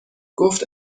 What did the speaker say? گفت